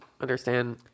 understand